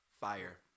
Fire